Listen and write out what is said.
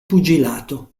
pugilato